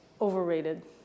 overrated